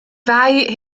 fai